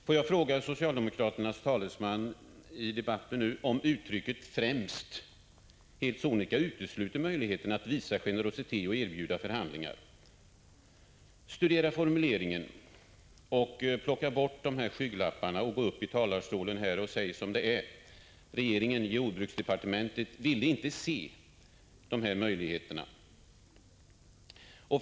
Får jag fråga socialdemokraternas talesman om uttrycket ”främst” helt sonika utesluter möjligheten att visa generositet och erbjuda förhandlingar. Studera formuleringen! Plocka bort skygglapparna och gå upp i talarstolen och säg som det är: Regeringen och jordbruksdepartementet ville inte se dessa möjligheter.